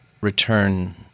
return